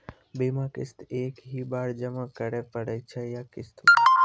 बीमा किस्त एक ही बार जमा करें पड़ै छै या किस्त मे?